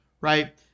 right